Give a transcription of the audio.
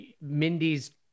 Mindy's